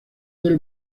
del